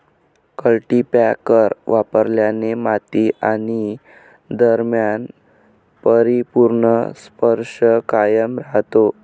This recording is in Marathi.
कल्टीपॅकर वापरल्याने माती आणि दरम्यान परिपूर्ण स्पर्श कायम राहतो